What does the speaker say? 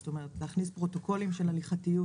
זאת אומרת להכניס פרוטוקולים של הליכתיות,